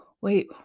wait